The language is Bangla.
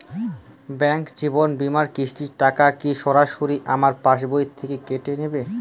ব্যাঙ্ক জীবন বিমার কিস্তির টাকা কি সরাসরি আমার পাশ বই থেকে কেটে নিবে?